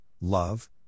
love